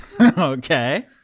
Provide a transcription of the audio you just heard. Okay